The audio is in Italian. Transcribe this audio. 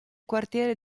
quartiere